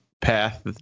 path